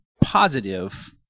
positive